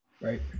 Right